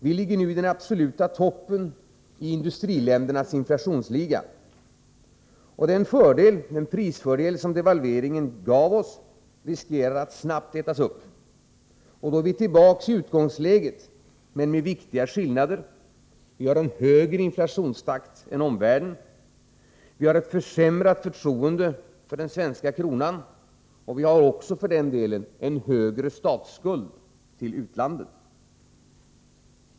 Vi ligger nu i den absoluta toppen i industriländernas inflationsliga. Den prisfördel som devalveringarna givit oss riskerar att snabbt ätas upp — och då är vi tillbaks i utgångsläget, men med viktiga skillnader: vi har en högre inflationstakt än omvärlden, ett försämrat förtroende för den svenska kronan och för den delen också en högre statsskuld till utlandet.